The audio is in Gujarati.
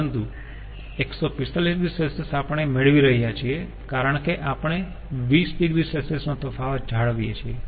પરંતુ 145 oC આપણે મેળવી રહ્યા છીએ કારણ કે આપણે 20 oC નો તફાવત જાળવીએ છીએ